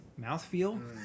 mouthfeel